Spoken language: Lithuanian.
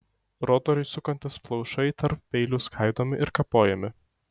rotoriui sukantis plaušai tarp peilių skaidomi ir kapojami